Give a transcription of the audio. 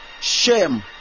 Shame